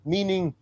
Meaning